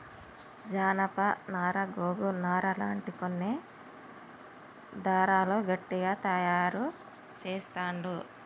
జానప నారా గోగు నారా లాంటి కొన్ని దారాలు గట్టిగ తాయారు చెస్తాండ్లు